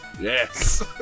Yes